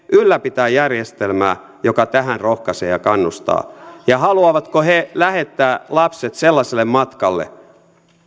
ylläpitää järjestelmää joka tähän rohkaisee ja kannustaa ja haluavatko he lähettää lapset sellaiselle matkalle